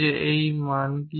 যে এই মান কি